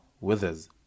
withers